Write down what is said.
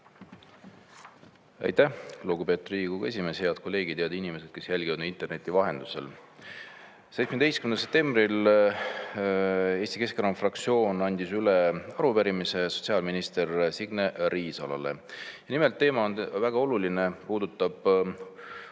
Aitäh, lugupeetud Riigikogu esimees! Head kolleegid! Head inimesed, kes jälgivad meid interneti vahendusel! 17. septembril Eesti Keskerakonna fraktsioon andis üle arupärimise sotsiaalminister Signe Riisalole. Nimelt, teema on väga oluline, puudutab